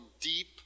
deep